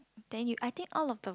then you I think all of the